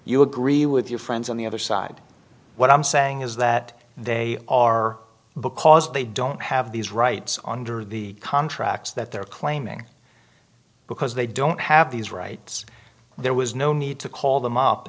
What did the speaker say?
you agree with your friends on the other side what i'm saying is that they are because they don't have these rights under the contracts that they're claiming because they don't have these rights there was no need to call them up